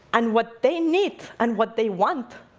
and what they need, and what they want,